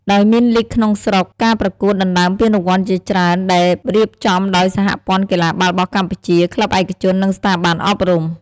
ដោយមានលីគក្នុងស្រុក ការប្រកួតដណ្តើមពានរង្វាន់ជាច្រើនដែលរៀបចំដោយសហព័ន្ធកីឡាបាល់បោះកម្ពុជា ក្លឹបឯកជន និងស្ថាប័នអប់រំ។